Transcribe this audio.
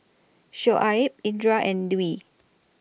Shoaib Indra and Dwi